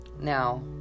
now